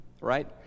right